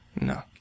No